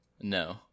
No